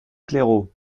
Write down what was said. claireaux